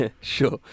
sure